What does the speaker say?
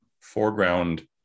foreground